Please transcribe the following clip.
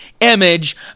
image